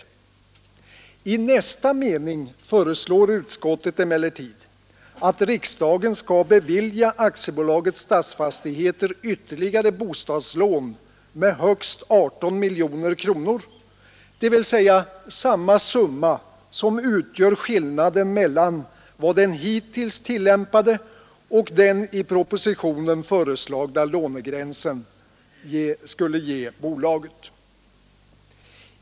I nästa mening föreslår utskottet emellertid att riksdagen skall bevilja AB Stadsfastigheter ytterligare bostadslån med högst 18 miljoner kronor, dvs. samma summa som utgör skillnaden mellan vad den hittills tillämpade och den i propositionen föreslagna lånegränsen skulle ge bolaget.